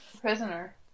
Prisoner